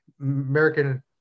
American